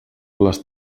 les